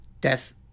Death